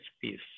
peace